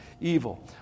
evil